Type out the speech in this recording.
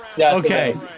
Okay